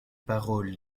paroles